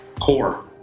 Core